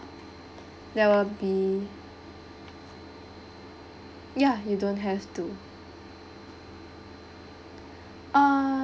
there will be ya you don't have to err